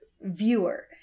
viewer